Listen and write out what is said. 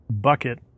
Bucket